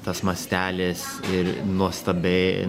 tas mastelis ir nuostabiai